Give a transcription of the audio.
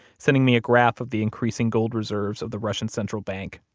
sending me a graph of the increasing gold reserves of the russian central bank,